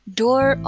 door